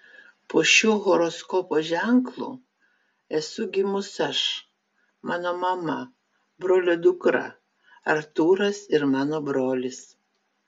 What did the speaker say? po šiuo horoskopo ženklu esu gimus aš mano mama brolio dukra artūras ir mano brolis